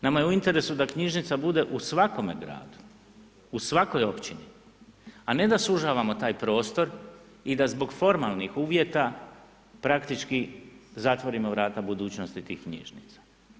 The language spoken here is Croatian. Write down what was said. Nama je u interesu da knjižnica bude u svakome gradu, u svakoj općini a ne da sužavamo tak prostor i da zbog formalnih uvjeta praktički zatvorimo vrata budućnosti tih knjižnica.